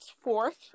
fourth